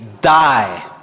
die